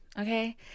Okay